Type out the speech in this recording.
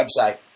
website